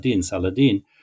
Saladin